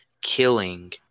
killing